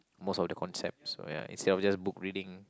most of the concepts ya instead of just book reading